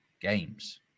games